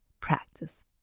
practice